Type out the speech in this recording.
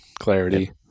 clarity